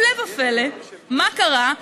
הפלא ופלא, מה קרה?